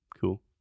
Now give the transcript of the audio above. cool